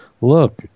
look